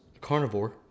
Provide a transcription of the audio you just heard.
carnivore